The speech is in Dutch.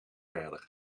verder